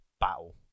battle